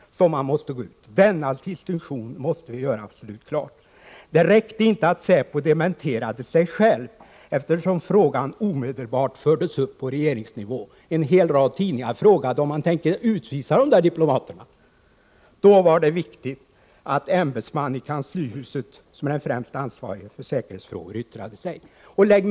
Statsministern menar att denna distinktion måste göras absolut klar och fortsätter: ”Det räckte inte att SÄPO dementerade sig själv, eftersom frågan omedelbart fördes upp på regeringsnivå.” En hel rad tidningar frågade om regeringen hade för avsikt att utvisa de namngivna diplomaterna. Statsministern tyckte att det då var viktigt att den ämbetsman i kanslihuset som är den främst ansvarige för säkerhetsfrågor yttrade sig.